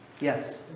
Yes